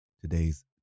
today's